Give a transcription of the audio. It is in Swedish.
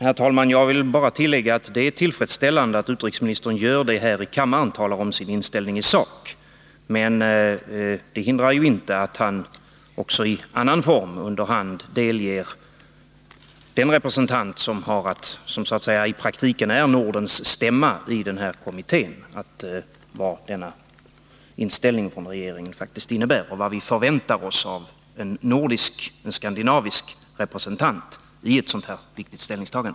Postverket har i höst en kampanj som direkt riktar sig mot glesbygdshandeln. Med färgglada affischer uppmanar posten kunderna att handla på postorder. Glesbygdshandlarna anser i dag att var fjärde butik inte kommer att finnas kvar om fem år, vilket innebär ytterligare försämrad service. Postverkets affischering nu torde ytterligare bidra till dålig lönsamhet för glesbygdshandlarna. Anser statsrådet det tillfredsställande att postverket bedriver reklam i syfte att bredda den egna verksamheten och därigenom kan skapa svårigheter för den etablerade handeln i glesbygd?